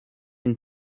une